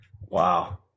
wow